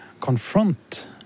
confront